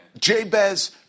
Jabez